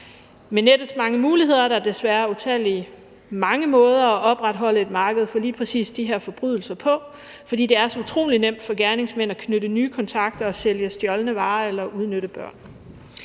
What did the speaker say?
Med nettets mange muligheder er der desværre utallige måder at opretholde et marked for lige præcis de her forbrydelser på, fordi det er så utrolig nemt for gerningsmænd at skabe nye kontakter og sælge stjålne varer eller udnytte børn.